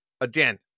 Again